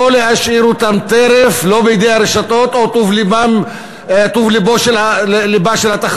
לא להשאיר אותם טרף בידי הרשתות או טוב לבה של התחרותיות,